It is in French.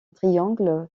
triangle